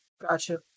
Gotcha